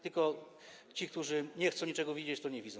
Tylko ci, którzy nie chcą niczego widzieć, tego nie widzą.